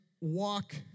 walk